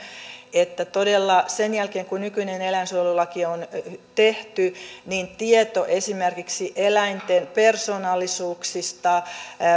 että todella sen jälkeen kun nykyinen eläinsuojelulaki on tehty niin tieto esimerkiksi eläinten persoonallisuuksista